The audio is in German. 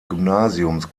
gymnasiums